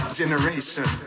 generation